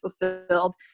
fulfilled